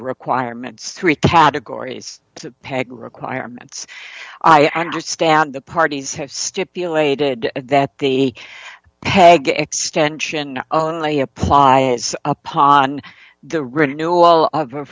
requirements three categories peg requirements i understand the parties have stipulated that the extension of only apply upon the renewal of